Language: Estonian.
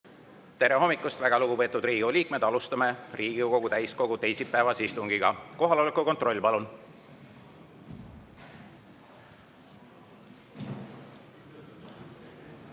Tere hommikust, väga lugupeetud Riigikogu liikmed! Alustame Riigikogu täiskogu teisipäevast istungit. Kohaloleku kontroll, palun!